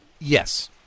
Yes